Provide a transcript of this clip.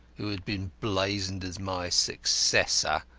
who had been blazoned as my successor,